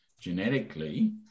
genetically